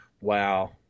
wow